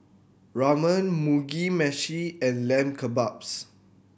Ramen Mugi Meshi and Lamb Kebabs